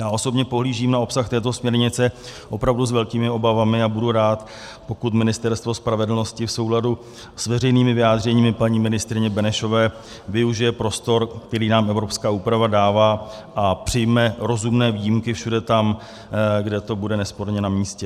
Já osobně pohlížím na obsah této směrnice opravdu s velkými obavami a budu rád, pokud Ministerstvo spravedlnosti v souladu s veřejnými vyjádřeními paní ministryně Benešové využije prostor, který nám evropská úprava dává, a přijme rozumné výjimky všude tam, kde to bude nesporně namístě.